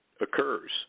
occurs